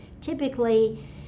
typically